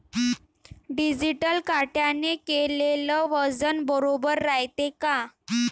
Digital काट्याने केलेल वजन बरोबर रायते का?